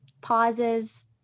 pauses